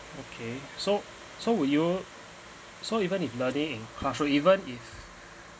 okay so so will you so even if learning in classroom even if